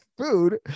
food